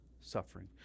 suffering